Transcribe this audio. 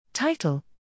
Title